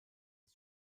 des